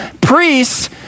Priests